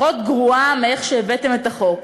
פחות גרועה מאיך שהבאתם את החוק.